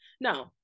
No